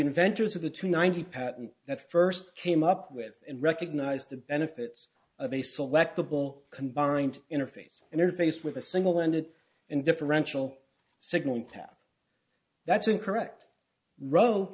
inventors of the two ninety patent that first came up with and recognized the benefits of a selectable combined interface interface with a single ended and differential signal path that's incorrect row